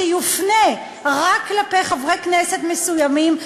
שיופנה רק כלפי חברי כנסת מסוימים,